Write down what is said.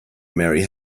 mary